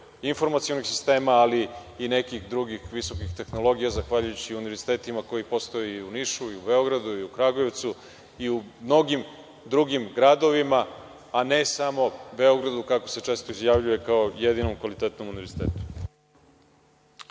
informacionih sistema ali i nekih drugih visokih tehnologija zahvaljujući univerzitetima koji postoje i u Nišu, i u Beogradu, i u Kragujevcu i u mnogim drugim gradovima, a ne samo u Beogradu kako se često izjavljuje, kao jedinom kvalitetnom univerzitetu.